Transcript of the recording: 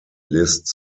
list